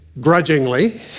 grudgingly